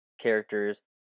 characters